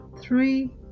three